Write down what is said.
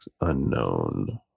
unknown